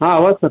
ಹಾಂ